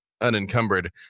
unencumbered